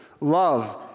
Love